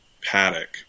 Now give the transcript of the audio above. paddock